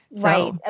Right